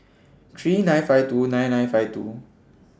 three nine five two nine nine five two